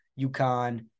UConn